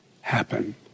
happen